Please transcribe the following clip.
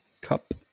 cup